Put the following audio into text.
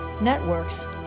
networks